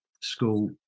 school